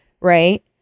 right